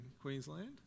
Queensland